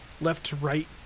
left-to-right